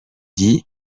dit